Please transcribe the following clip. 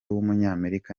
w’umunyamerika